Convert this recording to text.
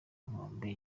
inkombe